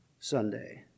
Sunday